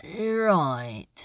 Right